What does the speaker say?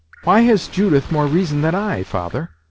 why has judith more reason than i, father?